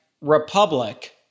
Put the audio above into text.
Republic